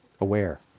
aware